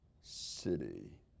city